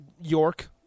York